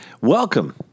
welcome